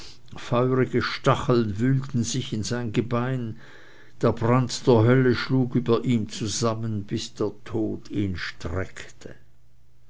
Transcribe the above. feurige stacheln wühlten sich in sein gebein der brand der hölle schlug über ihm zusammen bis der tod ihn streckte